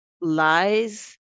lies